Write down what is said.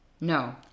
No